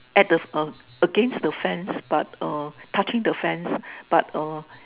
at the uh against the fence but uh touching the fence but uh